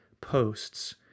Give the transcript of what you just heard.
posts